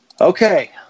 Okay